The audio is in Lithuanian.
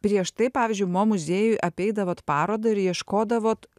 prieš tai pavyzdžiui mo muziejuj apeidavot parodą ir ieškodavot